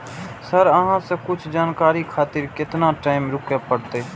Sir अहाँ से कुछ जानकारी खातिर केतना टाईम रुके परतें?